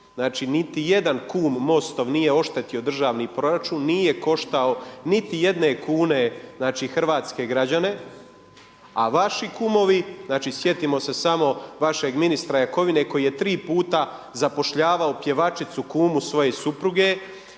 niti jedan kum MOST-om nije oštetio državni proračun, nije koštao niti jedne kune, znači hrvatske građane, a vaši kumovi, sjetimo se samo vašeg ministra Jakovine koji je tri puta zapošljavao pjevačicu, kumu svoje supruge.